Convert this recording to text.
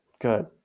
good